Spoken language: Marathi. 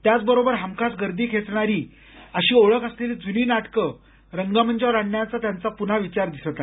त्याबरोबरच हमखास गर्दी खेचणारी अशी ओळख असलेली जूनी नाटक रंगमंचावर आणण्याचा त्यांचा विचार दिसतो